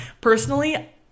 Personally